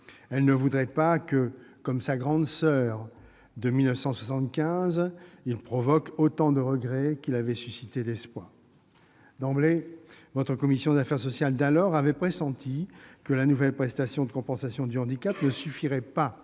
Elle ne voudrait pas que, comme sa " grande soeur " de 1975, il provoque autant de regrets qu'il avait suscité d'espoirs ...» D'emblée, la commission des affaires sociales de l'époque avait pressenti que la nouvelle prestation de compensation du handicap ne suffirait pas